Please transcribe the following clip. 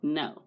no